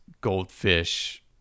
goldfish